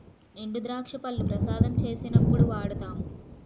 ఎండుద్రాక్ష పళ్లు ప్రసాదం చేసినప్పుడు వాడుతాము